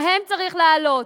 להם צריך להעלות.